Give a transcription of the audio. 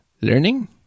learning